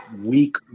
weak